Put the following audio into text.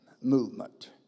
movement